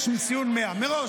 יש לו ציון 100 מראש.